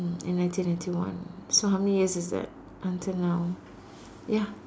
in nineteen ninety one so how many years is that until now ya